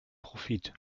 profit